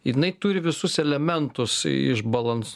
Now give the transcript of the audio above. jinai turi visus elementus išbalans